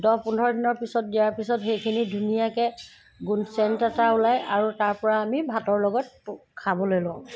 দহ পোন্ধৰ দিনৰ পিছত দিয়াৰ পিছত সেইখিনি ধুনীয়াকৈ গোন্ধ চেণ্ট এটা ওলায় আৰু তাৰপৰা আমি ভাতৰ লগত খাবলৈ লওঁ